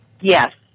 Yes